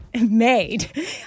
made